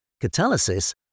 catalysis